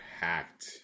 hacked